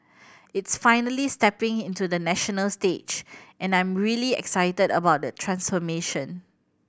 it's finally stepping into the national stage and I'm really excited about the transformation